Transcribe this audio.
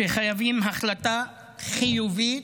שחייבים החלטה חיובית,